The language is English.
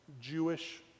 Jewish